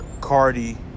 Cardi